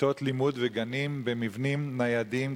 כיתות לימוד וגנים במבנים ניידים,